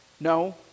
no